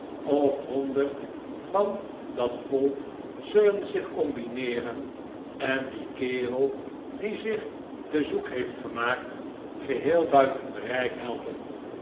of honderd van dat volk zullen zich combineeren en dien kerel die zich te zoek heeft gemaakt geheel buiten bereik helpen